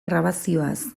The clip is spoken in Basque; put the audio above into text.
grabazioaz